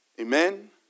Amen